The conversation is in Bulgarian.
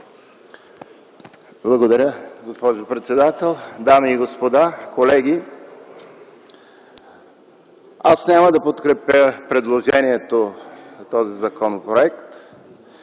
Благодаря, госпожо председател. Дами и господа, колеги, аз няма да подкрепя предложението по този законопроект